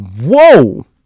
Whoa